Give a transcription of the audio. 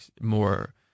more